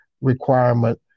requirement